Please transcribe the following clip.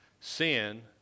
sin